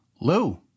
Lou